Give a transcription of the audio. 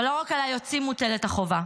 אבל לא רק על היוצאים מוטלת החובה,